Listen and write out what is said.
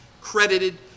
credited